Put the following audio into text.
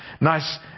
nice